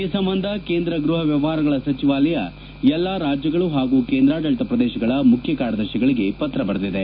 ಈ ಸಂಬಂಧ ಕೇಂದ್ರ ಗ್ಲಹ ವ್ಲವಹಾರಗಳ ಸಚಿವಾಲಯ ಎಲ್ಲ ರಾಜ್ಯಗಳು ಹಾಗೂ ಕೇಂದ್ರಾಡಳಿತ ಪ್ರದೇಶಗಳ ಮುಖ್ಯ ಕಾರ್ಯದರ್ಶಿಗಳಿಗೆ ಪತ್ರ ಬರೆದಿದೆ